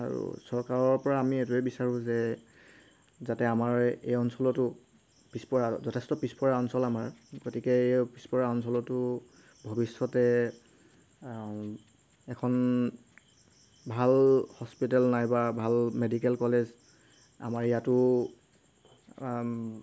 আৰু চৰকাৰৰপৰা আমি এইটোৱেই বিচাৰোঁ যে যাতে আমাৰ এই অঞ্চলতো পিছপৰা যথেষ্ট পিছপৰা অঞ্চল আমাৰ গতিকে এই পিছপৰা অঞ্চলতো ভৱিষ্যতে এখন ভাল হস্পিটেল নাইবা ভাল মেডিকেল কলেজ আমাৰ ইয়াতো